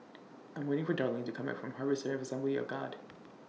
I'm waiting For Darlyne to Come Back from Harvester Assembly of God